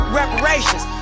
reparations